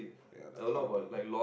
ya like how to